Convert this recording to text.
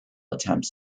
attempts